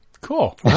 Cool